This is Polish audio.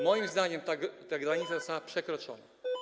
Moim zdaniem ta granica została przekroczona.